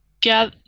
get